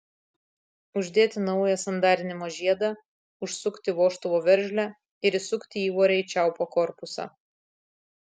uždėti naują sandarinimo žiedą užsukti vožtuvo veržlę ir įsukti įvorę į čiaupo korpusą